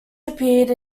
appeared